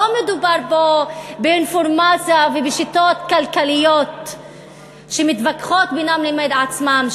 לא מדובר פה באינפורמציה ובשיטות כלכליות שמתווכחות בינן לבין עצמן,